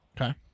Okay